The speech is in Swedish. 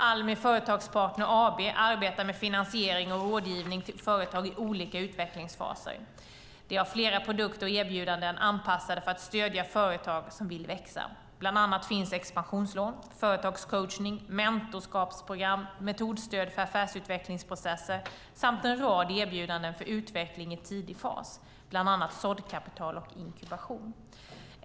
Almi Företagspartner AB arbetar med finansiering och rådgivning till företag i olika utvecklingsfaser. De har flera produkter och erbjudanden anpassade för att stödja företag som vill växa. Bland annat finns expansionslån, företagscoachning, mentorskapsprogram, metodstöd för affärsutvecklingsprocesser samt en rad erbjudanden för utveckling i tidig fas, bland annat såddkapital och inkubation.